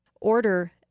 Order